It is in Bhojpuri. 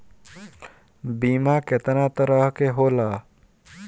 बीमा केतना तरह के होला?